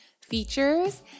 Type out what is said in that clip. features